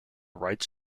rights